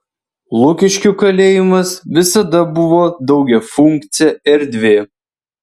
lukiškių kalėjimas visada buvo daugiafunkcė erdvė